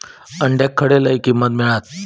अंड्याक खडे लय किंमत मिळात?